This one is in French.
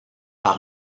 par